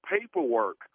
paperwork